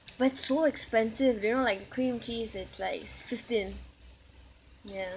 but it's so expensive you know like cream cheese it's like fifteen yeah